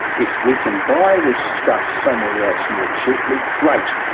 if we can buy this stuff somewhere else more cheaply, great.